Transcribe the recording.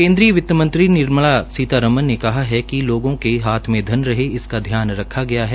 केन्द्रीय वित्तमंत्री निर्मला सीतारमन ने कहा कि लोगों के हाथ धन रहे इसका ध्यान रखा गया है